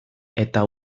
eta